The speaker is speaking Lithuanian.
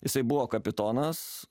jisai buvo kapitonas